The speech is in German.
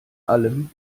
allem